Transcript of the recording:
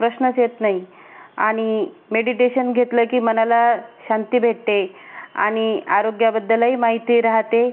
प्रश्नच येत नाही आणि मेडिटेशन घेतलं की मनाला शांती भेटते आणि आरोग्याबद्दलही माहिती राहते